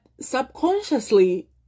subconsciously